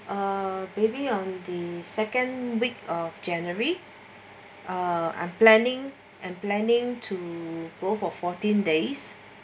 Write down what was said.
uh maybe on the second week of january I'm planning and planning to go for fourteen days